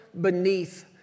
beneath